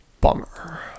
bummer